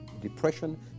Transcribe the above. Depression